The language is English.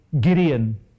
Gideon